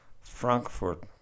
Frankfurt